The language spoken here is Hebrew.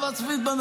חברת הכנסת פרידמן,